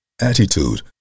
Attitude